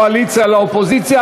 הקואליציה לאופוזיציה.